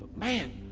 man,